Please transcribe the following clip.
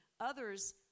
others